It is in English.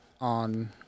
on